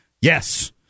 Yes